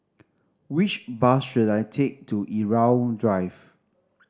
which bus should I take to Irau Drive